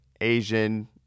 Asian